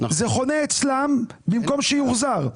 זה חונה אצלם במקום שיוחזר,